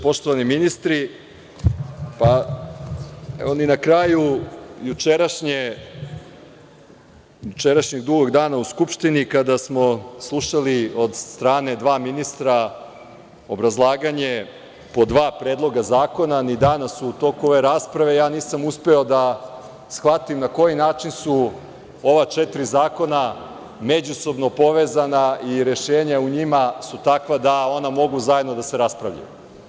Poštovani ministri, evo ni na kraju jučerašnjeg drugog dana u Skupštini, kada smo slušali od strane dva ministra, obrazlaganje po dva predloga zakona, ni danas u toku ove rasprave nisam uspeo da shvatim na koji način su ova četiri zakona međusobno povezana, i rešenja u njima su takva da ona mogu zajedno da se raspravljaju.